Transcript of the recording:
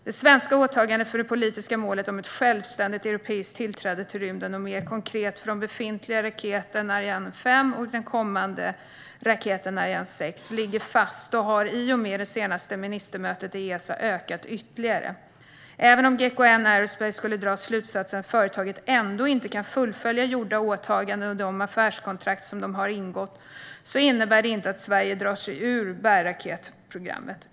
Det svenska åtagandet för det politiska målet om ett självständigt europeiskt tillträde till rymden, och mer konkret för den befintliga raketen Ariane 5 och den kommande raketen Ariane 6, ligger fast och har i och med det senaste ministermötet i Esa ökat ytterligare. Även om GKN Aerospace skulle dra slutsatsen att företaget ändå inte kan fullfölja gjorda åtaganden och de affärskontrakt som de har ingått innebär det inte att Sverige drar sig ur bärraketsprogrammet.